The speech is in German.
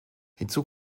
hinzu